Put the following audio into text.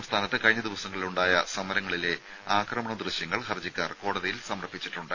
സംസ്ഥാനത്ത് കഴിഞ്ഞ ദിവസങ്ങളിൽ ഉണ്ടായ സമരങ്ങളിലെ ആക്രമണ ദൃശ്യങ്ങൾ ഹർജിക്കാർ കോടതിയിൽ സമർപ്പിച്ചിട്ടുണ്ട്